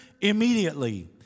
immediately